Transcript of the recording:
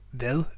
hvad